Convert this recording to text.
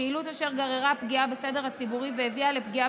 פעילות אשר גררה פגיעה בסדר הציבורי והביאה לפגיעה